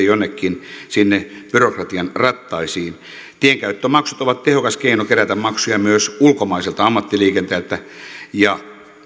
jonnekin sinne byrokratian rattaisiin tienkäyttömaksut ovat tehokas keino kerätä maksuja myös ulkomaiselta ammattiliikenteeltä ja